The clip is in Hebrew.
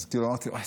אמרתי: וואי,